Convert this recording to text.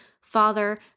father